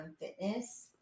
fitness